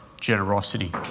generosity